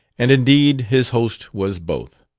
and indeed his host was both.